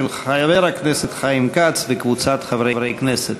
של חבר הכנסת חיים כץ וקבוצת חברי הכנסת.